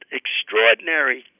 extraordinary